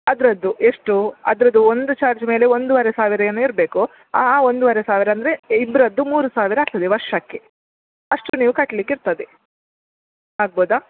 ಅದರದ್ದು ಎಷ್ಟು ಅದರದ್ದು ಒಂದು ಚಾರ್ಜ್ ಮೇಲೆ ಒಂದೂವರೆ ಸಾವಿರ ಏನೋ ಇರಬೇಕು ಆ ಒಂದೂವರೆ ಸಾವಿರ ಅಂದರೆ ಇಬ್ಬರದ್ದು ಮೂರು ಸಾವಿರ ಆಗ್ತದೆ ವರ್ಷಕ್ಕೆ ಅಷ್ಟು ನೀವು ಕಟ್ಲಿಕೆ ಇರ್ತದೆ ಆಗ್ಬೋದಾ